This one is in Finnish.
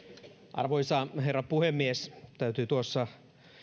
arvoisa herra puhemies täytyi tuossa